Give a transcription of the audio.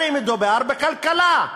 הרי מדובר בכלכלה,